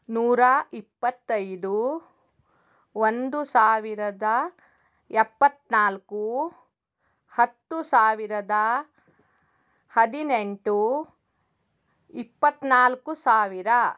ನೂರ ಇಪ್ಪತ್ತೈದು ಒಂದು ಸಾವಿರದ ಎಪ್ಪತ್ತ್ನಾಲ್ಕು ಹತ್ತು ಸಾವಿರದ ಹದಿನೆಂಟು ಇಪ್ಪತ್ತ್ನಾಲ್ಕು ಸಾವಿರ